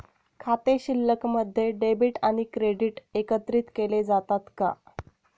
खाते शिल्लकमध्ये डेबिट आणि क्रेडिट एकत्रित केले जातात का?